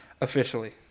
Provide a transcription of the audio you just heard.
officially